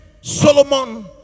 Solomon